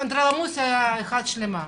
ואנדרלמוסיה אחת שלמה.